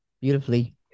beautifully